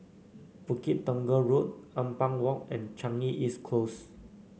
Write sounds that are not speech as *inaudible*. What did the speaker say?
Bukit Tunggal Road Ampang Walk and Changi East *noise* Close